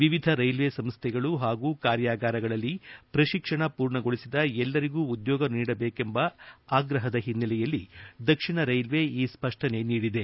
ವಿವಿಧ ರೈಲ್ವೆ ಸಂಸ್ಥೆಗಳು ಹಾಗೂ ಕಾರ್ಯಾಗಾರಗಳಲ್ಲಿ ಪ್ರತಿಕ್ಷಣವನ್ನು ಪೂರ್ಣಗೊಳಿಸಿದ ಎಲ್ಲರಿಗೂ ಉದ್ಯೋಗ ನೀಡಬೇಕೆಂಬ ಆಗ್ರಹದ ಹಿನ್ನೆಲೆಯಲ್ಲಿ ದಕ್ಷಿಣ ರೈಲ್ವೆ ಈ ಸ್ಪಷ್ಟನೆಯನ್ನು ನೀಡಿದೆ